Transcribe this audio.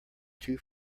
two